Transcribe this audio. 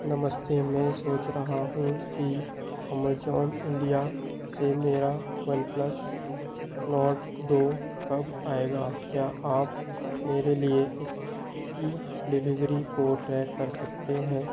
नमस्ते मैं सोच रहा हूँ कि अमेज़न इण्डिया से मेरा वनप्लस नोर्ड दो कब आएगा क्या आप मेरे लिए इसकी डिलिवरी को ट्रैक कर सकते हैं